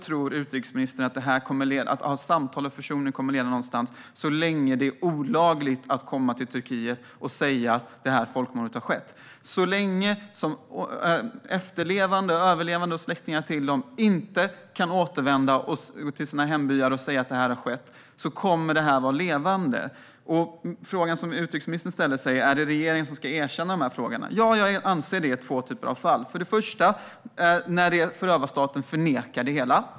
Tror utrikesministern att samtal om försoning kommer att leda någonvart så länge som det är olagligt att komma till Turkiet och säga att detta folkmord har ägt rum? Så länge som överlevande, deras efterlevande och släktingar inte kan återvända till sina hembyar och säga att detta har skett kommer detta att vara levande. Utrikesministern frågar sig om det är regeringar som ska erkänna dessa händelser. Ja, jag anser det i två typer av fall. Det första är när förövarstaten förnekar det hela.